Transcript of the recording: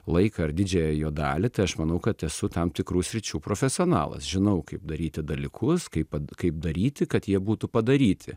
laiką ir didžiąją jo dalį tai aš manau kad esu tam tikrų sričių profesionalas žinau kaip daryti dalykus kaip pat kaip daryti kad jie būtų padaryti